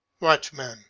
Watchman